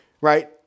right